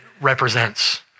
represents